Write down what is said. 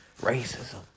Racism